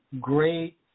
great